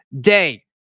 day